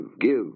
give